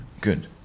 good